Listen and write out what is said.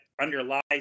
underlies